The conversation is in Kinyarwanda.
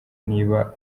niba